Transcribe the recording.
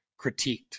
critiqued